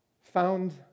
found